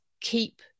keep